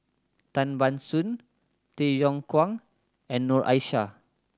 Tan Ban Soon Tay Yong Kwang and Noor Aishah